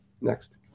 next